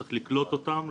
צריך לקלוט אותם,